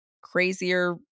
crazier